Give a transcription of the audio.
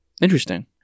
interesting